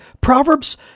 Proverbs